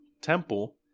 temple